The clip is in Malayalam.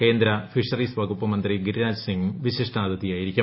കേന്ദ്ര ഫിഷറീസ് വകുപ്പ് മന്ത്രി ഗിരിരാജ് സിംഗ് വിശിഷ്ടാതിഥിയാകും